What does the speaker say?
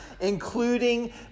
including